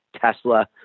Tesla